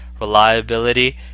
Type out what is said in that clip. reliability